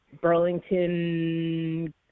Burlington